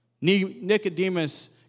Nicodemus